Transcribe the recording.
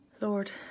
Lord